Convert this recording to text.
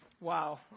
Wow